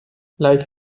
life